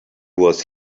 was